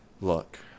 look